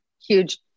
huge